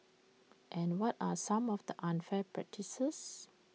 and what are some of the unfair practices